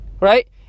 Right